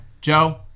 Joe